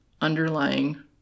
underlying